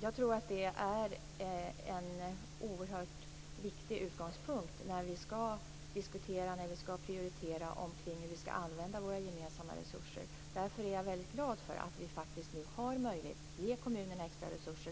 Jag tror att det är en oerhört viktig utgångspunkt när vi skall prioritera och diskutera omkring hur vi skall använda våra gemensamma resurser. Därför är jag väldigt glad för att vi nu faktiskt har möjlighet att ge kommunerna extra resurser.